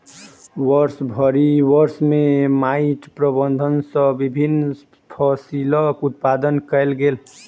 वर्षभरि वर्ष में माइट प्रबंधन सॅ विभिन्न फसिलक उत्पादन कयल गेल